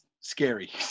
scary